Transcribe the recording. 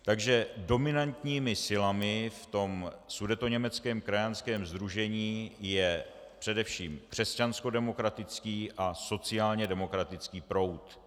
Takže dominantními silami v tom Sudetoněmeckém krajanském sdružení je především křesťanskodemokratický a sociálnědemokratický proud.